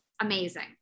amazing